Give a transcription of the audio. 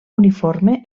uniforme